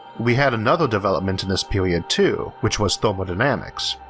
we had another development in this period too, which was thermodynamics.